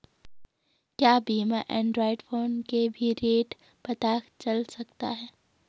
क्या बिना Android phone के भी रेट पता चल सकता है?